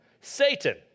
Satan